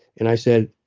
and i said,